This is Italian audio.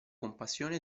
compassione